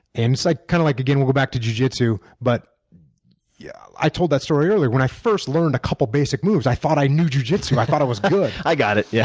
and it's like kind of like again we'll go back to jiu-jitsu, but yeah i told that story earlier. when i first learned a couple basic moves, i thought i knew jiu-jitsu. i thought i was good. i got it. yeah